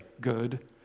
good